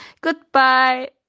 Goodbye